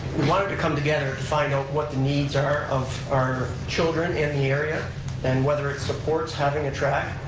wanted to come together to find out what the needs are of our children in the area and whether it supports having a track.